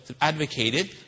advocated